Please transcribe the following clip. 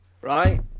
right